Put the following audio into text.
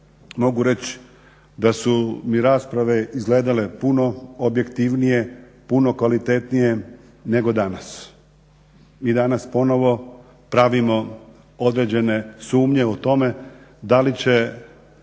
mogu reći da su mi rasprave izgledale puno objektivnije, puno kvalitetnije nego danas. Mi danas ponovno pravimo određene sumnje o tome da li će